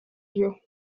you